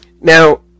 Now